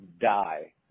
die